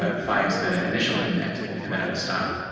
ah finds the initial commit and then it will stop.